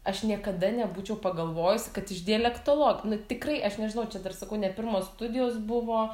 aš niekada nebūčiau pagalvojusi kad iš dialektolog nu tikrai aš nežinau čia dar sakau ne pirmos studijos buvo